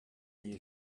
new